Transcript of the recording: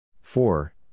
four